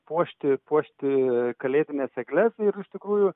puošti puošti kalėdines egles ir iš tikrųjų